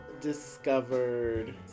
discovered